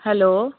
hello